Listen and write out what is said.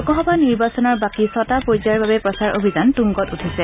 লোকসভা নিৰ্বাচনৰ বাকী ছটা পৰ্য্যায়ৰ বাবে প্ৰচাৰ অভিযান তুংগত উঠিছে